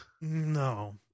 No